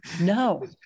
No